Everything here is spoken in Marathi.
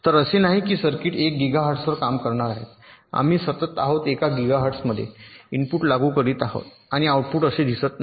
तर असे नाही की सर्किट 1 गिगाहर्ट्जवर काम करणार आहे आम्ही सतत आहोत 1 गिगाहर्ट्ज मध्ये इनपुट लागू करीत आहे आणि आऊटपुट असे दिसत नाही